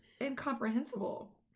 incomprehensible